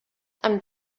amb